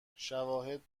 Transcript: شواهد